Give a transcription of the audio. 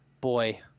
boy